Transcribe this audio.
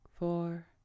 Four